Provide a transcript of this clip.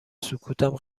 سکوتم